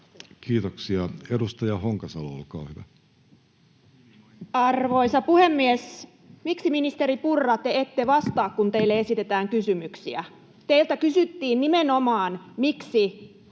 Time: 12:50 Content: Arvoisa puhemies! Miksi, ministeri Purra, te ette vastaa, kun teille esitetään kysymyksiä? Teiltä kysyttiin nimenomaan, miksi